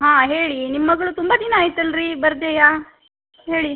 ಹಾಂ ಹೇಳಿ ನಿಮ್ಮ ಮಗಳು ತುಂಬ ದಿನ ಆಯಿತು ಅಲ್ಲರಿ ಬರ್ದೆಯೇ ಹೇಳಿ